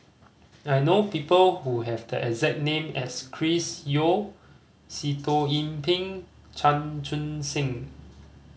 I know people who have the exact name as Chris Yeo Sitoh Yih Pin Chan Chun Sing